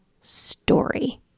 story